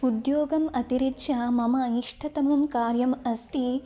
उद्योगम् अतिरिच्य मम इष्टतमं कार्यम् अस्ति